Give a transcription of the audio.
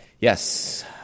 Yes